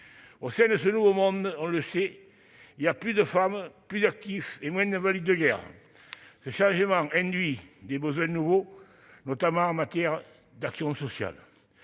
Au sein de ce nouveau monde, on le sait, il y a plus de femmes, plus d'actifs et moins d'invalides de guerre. Ce changement induit des besoins nouveaux, notamment en matière d'action sociale.